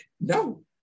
no